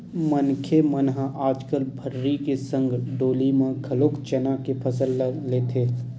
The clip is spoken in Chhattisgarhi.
मनखे मन ह आजकल भर्री के संग डोली म घलोक चना के फसल ल लेथे